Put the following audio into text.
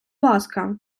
ласка